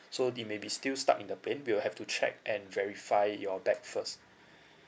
so the maybe still stuck in the plane we'll have to check and verify your bag first